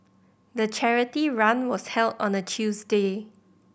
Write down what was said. the charity run was held on a Tuesday